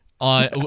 on